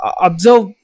observe